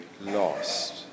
lost